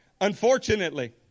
Unfortunately